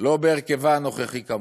לא בהרכבה הנוכחי כמובן,